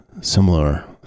Similar